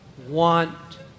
want